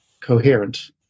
coherent